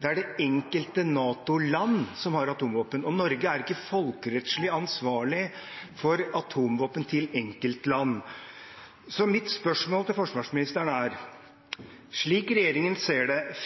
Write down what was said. Det er det enkelte NATO-land som har atomvåpen, og Norge er ikke folkerettslig ansvarlig for atomvåpen til enkeltland. Mitt spørsmål til forsvarsministeren er: